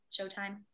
Showtime